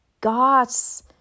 God's